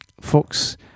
Fox